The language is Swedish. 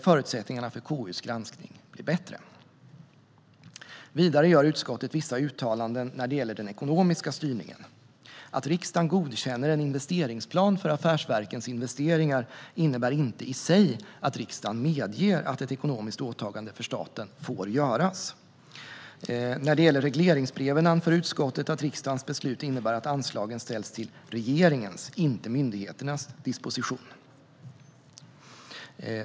Förutsättningarna för KU:s granskning blir då bättre. Vidare gör utskottet vissa uttalanden när det gäller den ekonomiska styrningen. Att riksdagen godkänner en investeringsplan för affärsverkens investeringar innebär inte i sig att riksdagen medger att ett ekonomiskt åtagande för staten får göras. När det gäller regleringsbreven anför utskottet att riksdagens beslut innebär att anslagen ställs till regeringens, inte myndigheternas, disposition.